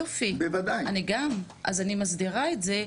יופי, אני גם, אז אני מסדירה את זה.